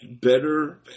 better